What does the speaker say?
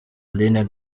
aline